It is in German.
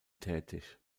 tätig